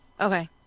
Okay